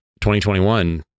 2021